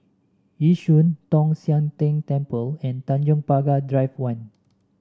Yishun Tong Sian Tng Temple and Tanjong Pagar Drive One